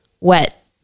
wet